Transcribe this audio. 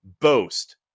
Boast